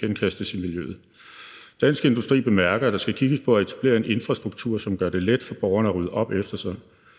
henkastes i miljøet. Dansk Industri bemærker, at der skal kigges på at etablere en infrastruktur, som gør det let for borgerne at rydde op efter sig.